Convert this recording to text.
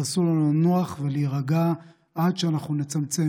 ואסור לנו לנוח ולהירגע עד שאנחנו נצמצם